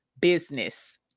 business